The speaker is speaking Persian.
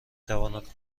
تواند